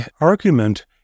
argument